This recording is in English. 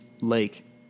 lake